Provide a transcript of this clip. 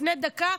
לפני דקה,